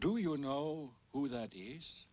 do you know who that